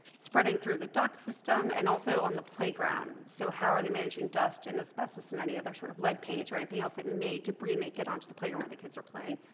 spreading through the duct system and also on the playground and so how are they managing dust and asbestos in any other sort of lead paint or anything else that may debris may get onto the playground where the kids are playing